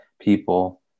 people